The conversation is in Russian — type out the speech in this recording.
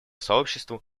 сообществу